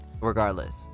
regardless